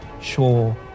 sure